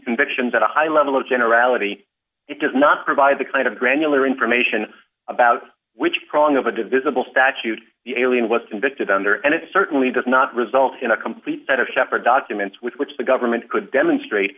convictions and a high level of generality it does not provide the kind of granular information about which prong of a visible statute the alien was convicted under and it certainly does not result in a complete set of separate documents with which the government could demonstrate